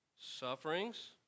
Sufferings